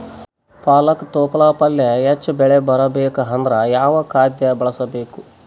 ಪಾಲಕ ತೊಪಲ ಪಲ್ಯ ಹೆಚ್ಚ ಬೆಳಿ ಬರಬೇಕು ಅಂದರ ಯಾವ ಖಾದ್ಯ ಬಳಸಬೇಕು?